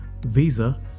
Visa